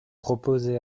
proposez